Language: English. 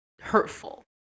hurtful